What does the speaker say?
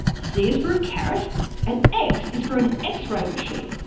c is for carrot and x is for an x-ray machine.